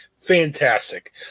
Fantastic